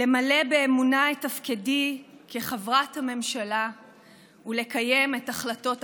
למלא באמונה את תפקידי כחברת הממשלה ולקיים את החלטות הכנסת.